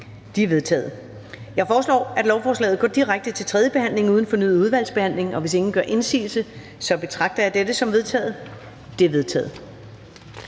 De er vedtaget. Så foreslår jeg, at lovforslaget går direkte til tredje behandling uden fornyet udvalgsbehandling. Hvis ingen gør indsigelse, betragter jeg dette som vedtaget. Det er vedtaget.